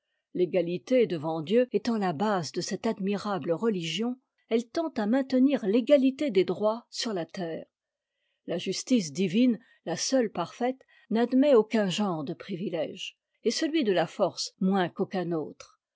l'égalité devant dieu étant la base de cette admirable religion elle tend à maintenir l'égalité des droits sur la terre la justice divine la seule parfaite n'admet aucun genre de priviléges et celui de la force moins qu'aucun autre